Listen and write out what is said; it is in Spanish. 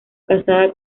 casada